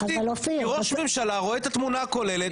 כי ראש ממשלה רואה את התמונה הכוללת,